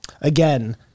Again